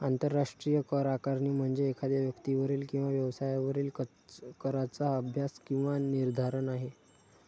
आंतरराष्ट्रीय करआकारणी म्हणजे एखाद्या व्यक्तीवरील किंवा व्यवसायावरील कराचा अभ्यास किंवा निर्धारण आहे